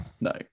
No